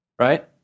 right